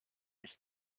mich